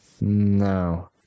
no